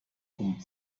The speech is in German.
vom